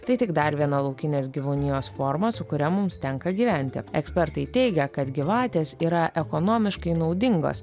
tai tik dar viena laukinės gyvūnijos forma su kuria mums tenka gyventi ekspertai teigia kad gyvatės yra ekonomiškai naudingos